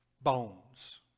bones